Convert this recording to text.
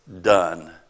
done